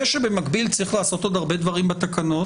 זה שבמקביל צריך לעשות עוד הרבה דברים בתקנות,